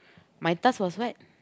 my task was what